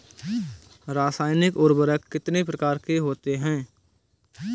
रासायनिक उर्वरक कितने प्रकार के होते हैं?